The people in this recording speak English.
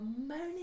moaning